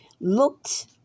looked